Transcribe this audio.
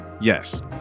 Yes